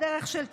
בדרך של טרור.